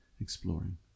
exploring